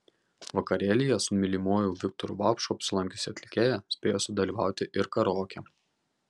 vakarėlyje su mylimuoju viktoru vaupšu apsilankiusi atlikėja spėjo sudalyvauti ir karaoke